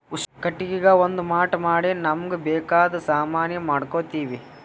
ಕಟ್ಟಿಗಿಗಾ ಒಂದ್ ಮಾಟ್ ಮಾಡಿ ನಮ್ಮ್ಗ್ ಬೇಕಾದ್ ಸಾಮಾನಿ ಮಾಡ್ಕೋತೀವಿ